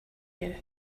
you